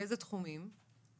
באילו תחומים?